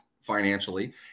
financially